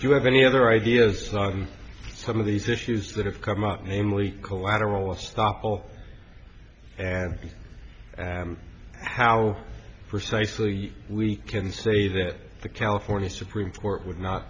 if you have any other ideas some of these issues that have come up namely collateral estoppel and how precisely we can say that the california supreme court would not